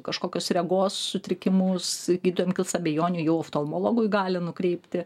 kažkokius regos sutrikimus gydant kils abejonių jau oftalmologui gali nukreipti